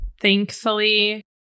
thankfully